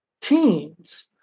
teens